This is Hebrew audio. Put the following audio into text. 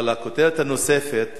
אבל הכותרת הנוספת